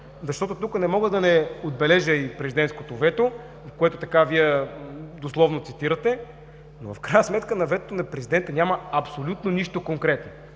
Защото тук не мога да не отбележа и президентското вето, в което така Вие така дословно цитирате – в крайна сметка във ветото на президента няма нищо абсолютно конкретно,